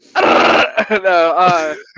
No